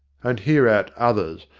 and hereat others,